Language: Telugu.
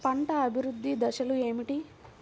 పంట అభివృద్ధి దశలు ఏమిటి?